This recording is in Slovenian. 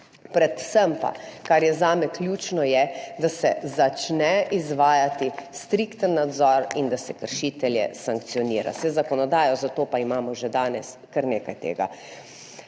Predvsem pa, kar je zame ključno, je, da se začne izvajati strikten nadzor in da se kršitelje sankcionira. Saj zakonodajo za to pa imamo že danes, kar nekaj tega.